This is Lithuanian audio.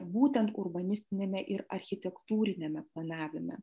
būtent urbanistiniame ir architektūriniame planavime